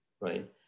right